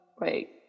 wait